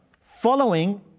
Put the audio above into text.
following